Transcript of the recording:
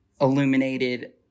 illuminated